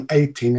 18